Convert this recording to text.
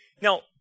Now